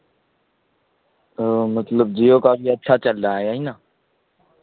تو مطلب جیو کافی اچھا چل رہا ہے یہی نا